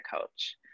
coach